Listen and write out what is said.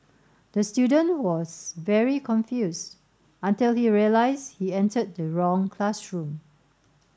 the student was very confused until he realised he entered the wrong classroom